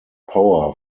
power